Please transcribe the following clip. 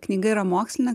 knyga yra mokslinė